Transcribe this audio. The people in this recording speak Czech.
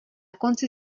konci